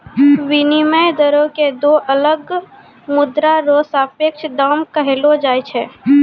विनिमय दरो क दो अलग मुद्रा र सापेक्ष दाम कहलो जाय छै